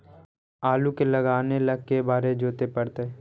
आलू के लगाने ल के बारे जोताबे पड़तै?